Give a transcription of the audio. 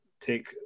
take